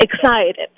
excited